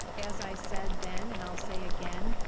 as i said then and i'll say again,